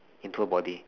into her body